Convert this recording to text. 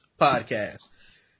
podcast